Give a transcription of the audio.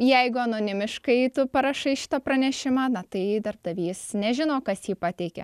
jeigu anonimiškai tu parašai šitą pranešimą na tai darbdavys nežino kas jį pateikė